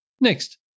Next